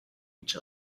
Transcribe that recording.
each